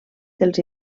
dels